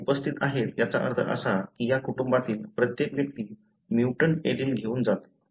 ते उपस्थित आहेत याचा अर्थ असा आहे की या कुटुंबातील प्रत्येक व्यक्ती म्युटंट एलील घेऊन जाते